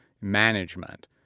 management